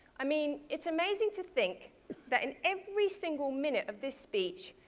i mean, it's amazing to think that, in every single minute of this speech,